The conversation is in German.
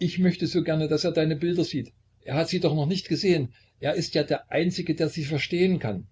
ich möchte so gerne daß er deine bilder sieht er hat sie doch noch nicht gesehen er ist ja der einzige der sie verstehen kann